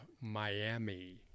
Miami